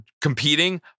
competing